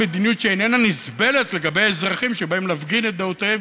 מדיניות שאיננה נסבלת לגבי אזרחים שבאים להפגין את דעותיהם,